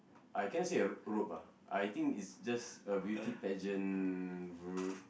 I cannot say a robe ah I think it's just a beauty pageant r~